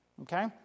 Okay